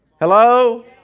Hello